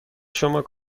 شما